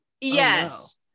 Yes